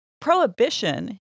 prohibition